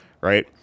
right